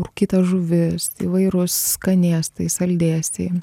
rūkyta žuvis įvairūs skanėstai saldėsiai